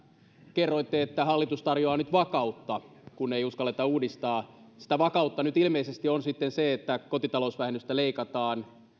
kerroitte että hallitus tarjoaa nyt vakautta kun ei uskalleta uudistaa sitä vakautta nyt ilmeisesti on sitten se että kotitalousvähennystä leikataan